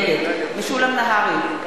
נגד משולם נהרי,